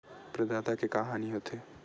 प्रदाता के का हानि हो थे?